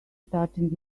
starting